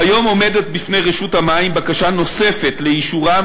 כיום עומדת בפני רשות המים בקשה נוספת לאישורם